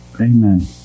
Amen